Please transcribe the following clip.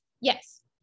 Yes